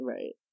Right